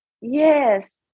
Yes